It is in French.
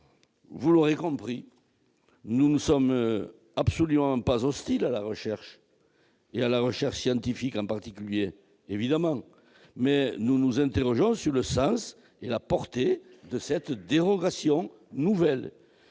Vous l'aurez compris, nous ne sommes absolument pas hostiles à la recherche, et à la recherche scientifique en particulier, évidemment. Mais nous nous interrogeons sur le sens et la portée de cette dérogation nouvelle.